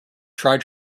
try